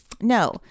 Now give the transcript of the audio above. no